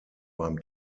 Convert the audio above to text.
beim